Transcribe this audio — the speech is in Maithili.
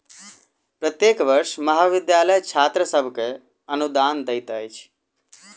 प्रत्येक वर्ष महाविद्यालय छात्र सभ के अनुदान दैत अछि